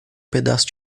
pedaço